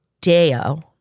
Deo